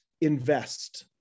invest